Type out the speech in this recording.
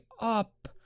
up